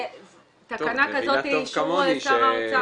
תקנה כזאת היא אישור שר האוצר.